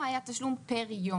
היה בוסט מאוד גדול שקפא מאוד,